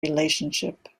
relationship